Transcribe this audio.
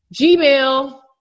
Gmail